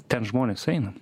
ten žmonės eina